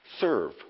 Serve